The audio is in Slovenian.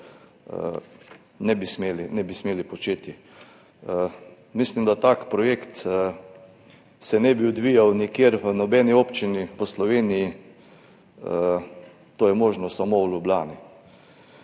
ne bi smeli početi. Mislim, da se tak projekt ne bi odvijal nikjer, v nobeni občini po Sloveniji, to je možno samo v Ljubljani.